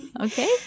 Okay